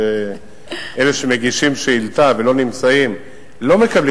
שאלה שמגישים שאילתא ולא נמצאים לא מקבלים